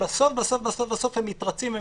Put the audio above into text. ובסוף בסוף הם מתרצים,